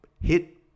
hit